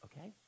Okay